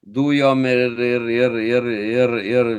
dujom ir ir ir ir ir